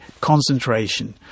concentration